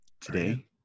today